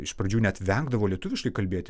iš pradžių net vengdavo lietuviškai kalbėti